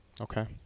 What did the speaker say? okay